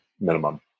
minimum